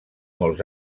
molts